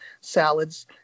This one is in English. salads